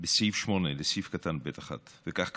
לסעיף 8. כך כתוב: